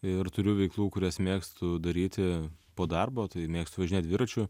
ir turiu veiklų kurias mėgstu daryti po darbo tai mėgstu važinėt dviračiu